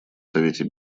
совете